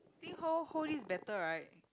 think hold hold this better right